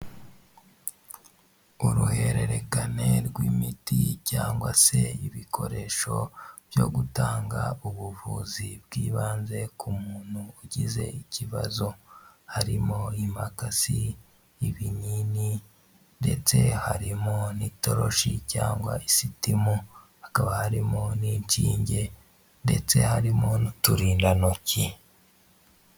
Uruhererekane rw'imiti cyangwa se ibikoresho byo gutanga ubuvuzi bw'ibanze ku muntu ugize ikibazo, harimo imakasi, ibinini ndetse harimo n'itoroshi cyangwa isitimu hakaba harimo n'inshinge ndetse harimo n'uturindantoki.